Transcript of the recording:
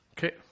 Okay